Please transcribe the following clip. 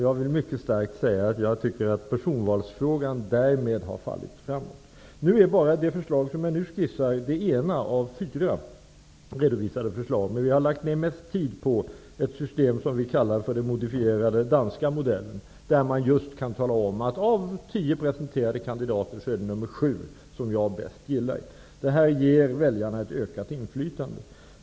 Jag vill mycket starkt markera att personvalsfrågan enligt min uppfattning därmed har fallit framåt. Det förslag jag nu skissar är emellertid bara ett av fyra redovisade förslag, men vi har lagt ner mest tid på ett system som vi kallar ''den modifierade danska modellen'', som innebär att jag kan tala om att det av tio presenterade kandidater är exempelvis nr sju som jag gillar bäst. Det här ger väljarna ett ökat inflytande.